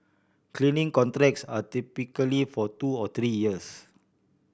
cleaning contracts are typically for two or three years